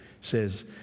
says